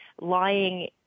lying